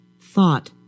thought